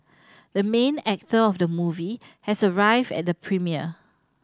the main actor of the movie has arrived at the premiere